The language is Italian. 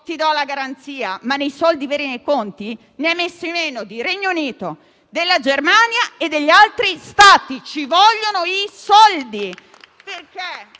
si dà la garanzia), ma di soldi veri nei conti ne ha messi meno di Regno Unito, della Germania e degli altri Stati. Ci vogliono i soldi.